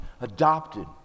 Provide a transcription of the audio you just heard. adopted